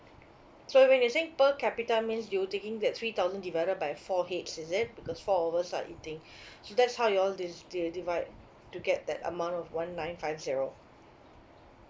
so when you saying per capita means you taking that three thousand divided by four heads is it because four of us are eating so that's how you all dis~ di~ divide to get that amount of one nine five zero